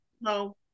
no